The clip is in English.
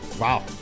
Wow